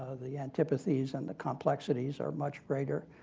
ah the antipathies and the complexities are much greater.